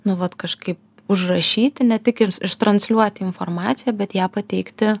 nu vat kažkaip užrašyti ne tik ištransliuoti informaciją bet ją pateikti